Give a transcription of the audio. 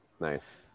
Nice